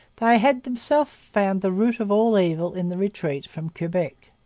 they had themselves found the root of all evil in the retreat from quebec.